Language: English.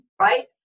right